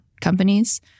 companies